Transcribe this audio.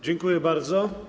Dziękuję bardzo.